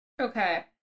Okay